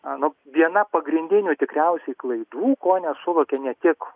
a nu viena pagrindinių tikriausiai klaidų ko nesuvokia ne tik